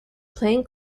plain